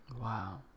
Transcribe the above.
Wow